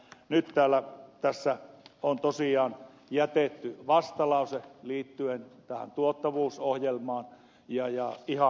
nyt tässä on tosiaan jätetty vastalause liittyen tähän tuottavuusohjelmaan ja ihan aiheellisesti